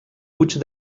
puig